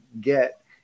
get